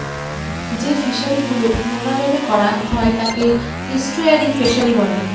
যে ফিশারি গুলো নোনা জলে করা হয় তাকে এস্টুয়ারই ফিশারি বলে